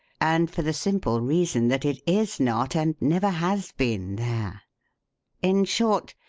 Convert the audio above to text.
and for the simple reason that it is not and never has been there in short,